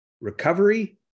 Recovery